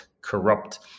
corrupt